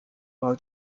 while